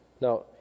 Now